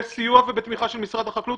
בסיוע ובתמיכה של משרד החקלאות.